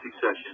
session